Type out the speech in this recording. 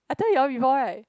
I tell you all before right